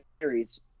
series